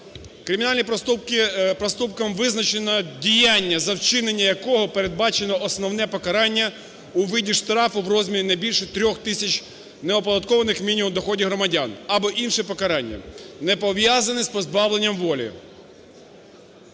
Кримінальні проступки… проступком визначено діяння, за вчинення якого передбачено основне покарання у виді штрафу в розмірі не більше трьох тисяч неоподаткованих мінімумів доходів громадян, або інше покарання, не пов'язане з позбавленням волі.